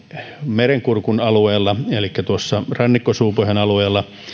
merenkurkun alueella elikkä tuossa rannikko suupohjan alueella